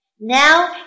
Now